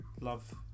love